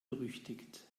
berüchtigt